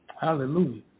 Hallelujah